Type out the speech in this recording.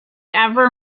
ever